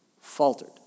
faltered